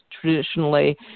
traditionally